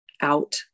out